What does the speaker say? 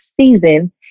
season